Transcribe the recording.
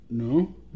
No